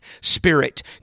spirit